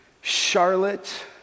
Charlotte